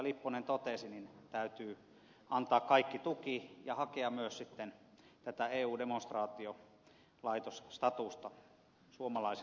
lipponen totesi täytyy antaa kaikki tuki ja hakea myös sitten tätä eu demonstraatiolaitosstatusta suomalaiselle yksikölle